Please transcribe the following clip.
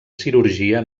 cirurgia